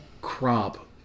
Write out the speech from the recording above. crop